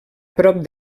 prop